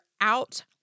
out